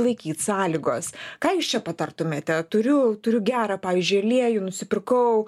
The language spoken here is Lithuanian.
laikyt sąlygos ką jūs čia patartumėte turiu turiu gerą pavyzdžiui aliejų nusipirkau